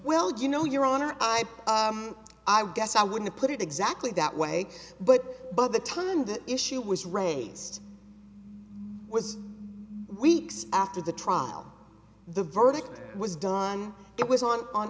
well you know your honor i am i guess i wouldn't put it exactly that way but by the time that issue was raised was weeks after the trial the verdict was done it was on on